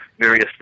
various